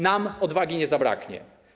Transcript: Nam odwagi nie zabraknie.